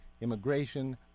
immigration